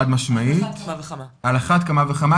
על אחת כמה וכמה,